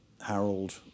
Harold